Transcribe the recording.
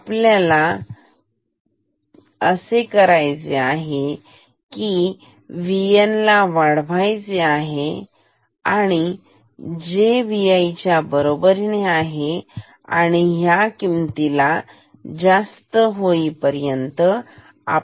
आपल्याला हेच करायचे आहे आपल्याला VN वाढवायचे आहे जे Vi च्या बरोबरीचे आहे आणि या किमतीपेक्षा जास्त आहे